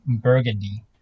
Burgundy